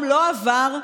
יש לנו הרבה סיבות לזה: